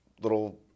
little